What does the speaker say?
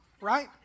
right